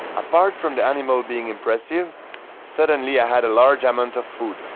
apart from the animal being impressive suddenly i had a large amount of food.